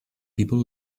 people